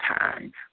time